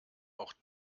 auch